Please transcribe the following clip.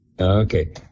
Okay